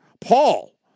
Paul